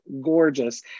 gorgeous